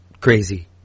crazy